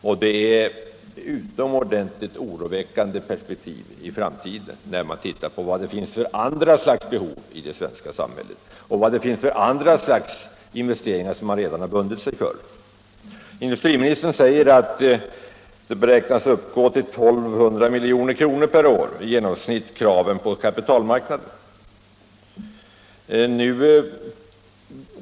Och perspektivet mot framtiden är utomordentligt oroväckande med hänsyn till dels vilka andra slags behov som finns i det svenska samhället, dels vilka andra slags investeringar som man redan har bundit sig för. Industriministern säger att kraven på kapitalmarkanden beräknas uppgå till i genomsnitt 1 200 milj.kr. per år.